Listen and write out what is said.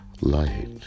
light